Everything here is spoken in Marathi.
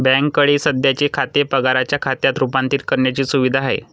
बँकेकडे सध्याचे खाते पगाराच्या खात्यात रूपांतरित करण्याची सुविधा आहे